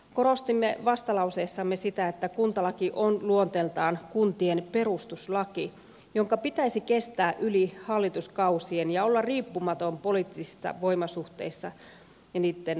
korostimme vastalauseessamme sitä että kuntalaki on luonteeltaan kuntien perustuslaki jonka pitäisi kestää yli hallituskausien ja olla riippumaton poliittisista voimasuhteista ja niitten muutoksista